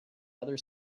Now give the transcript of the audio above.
other